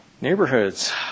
Neighborhoods